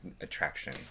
attraction